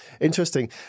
interesting